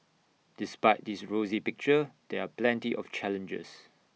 despite this rosy picture there are plenty of challenges